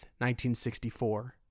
1964